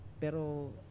pero